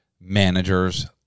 Managers